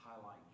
highlight